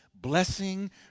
blessing